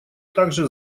также